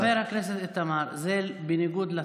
חבר הכנסת איתמר, זה בניגוד לתקנון,